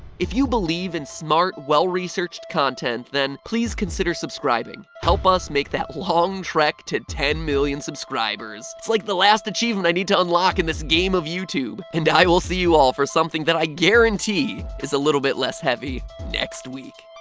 if you believe in smart, well researched content, then please consider subscribing. help us make that long trek to ten million subscribers. it's like the last achievement i need to unlock in this game of youtube. and i will see you all for something that i guarantee is a little bit less heavy next week.